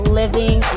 living